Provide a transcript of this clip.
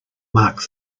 mark